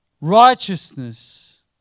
righteousness